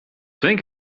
think